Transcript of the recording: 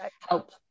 help